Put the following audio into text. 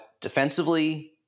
defensively